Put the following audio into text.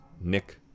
Nick